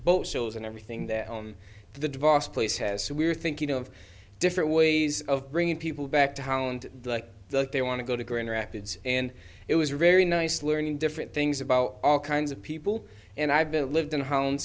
boat shows and everything that the divorce place has so we're thinking of different ways of bringing people back to holland like that they want to go to grand rapids and it was a very nice learning different things about all kinds of people and i've been lived in home